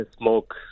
smoke